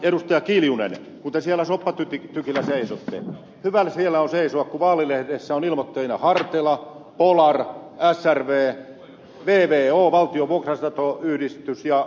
kimmo kiljunen kun te siellä soppatykillä seisotte hyvähän siellä on seisoa kun vaalilehdessä ovat ilmoittajina hartela polar srv vvo valtion vuokra asuntoyhdistys ja skanska